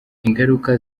ingaruka